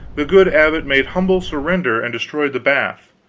the good abbot made humble surrender and destroyed the bath.